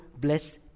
bless